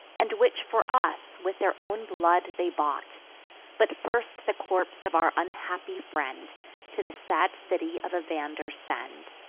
and which for us with their own blood they bought but first the corpse of our unhappy friend to the sad city of evander send,